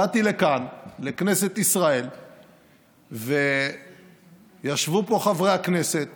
באתי לכאן לכנסת ישראל וישבו פה חברי הכנסת